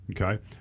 okay